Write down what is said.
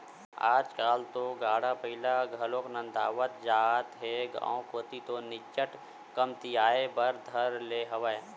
आजकल तो गाड़ा बइला घलोक नंदावत जात हे गांव कोती तो निच्चट कमतियाये बर धर ले हवय